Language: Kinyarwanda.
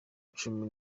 cumi